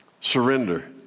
Surrender